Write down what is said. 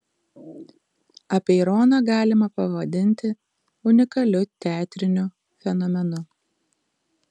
apeironą galima pavadinti unikaliu teatriniu fenomenu